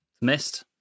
Mist